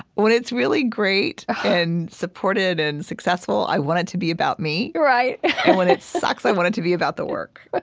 when it's really great and supported and successful, i want it to be about me. and when it sucks, i want it to be about the work. but